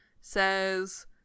says